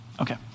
Okay